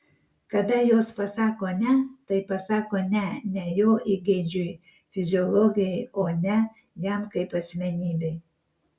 kada jos pasako ne tai pasako ne ne jo įgeidžiui fiziologijai o ne jam kaip asmenybei